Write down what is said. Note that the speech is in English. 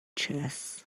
chess